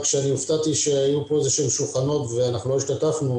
הופתעתי שהיו כאן איזה שהם שולחנות ואנחנו לא השתתפנו.